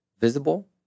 visible